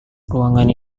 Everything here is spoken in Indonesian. ruangan